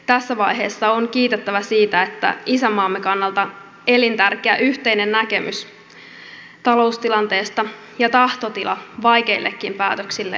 tässä vaiheessa on kiitettävä siitä että isänmaamme kannalta elintärkeä yhteinen näkemys taloustilanteesta ja tahtotila vaikeillekin päätöksille on löytynyt